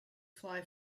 fly